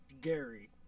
Gary